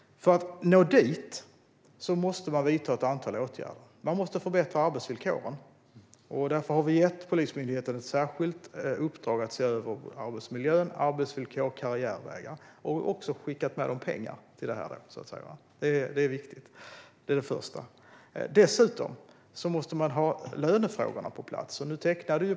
För att nå dit måste man vidta ett antal åtgärder. Man måste förbättra arbetsvillkoren. Därför har vi gett Polismyndigheten ett särskilt uppdrag att se över arbetsmiljö, arbetsvillkor och karriärvägar, och vi har också skickat med pengar till detta. Dessutom måste man ha lönefrågan på plats.